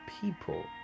people